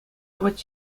апат